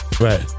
Right